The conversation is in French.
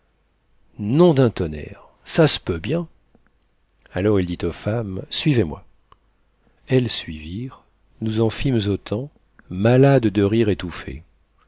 nom d'un tonnerre ça s'peut bien alors il dit aux femmes suivez-moi elles suivirent nous en fîmes autant malades de rires étouffés